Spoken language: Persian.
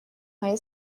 های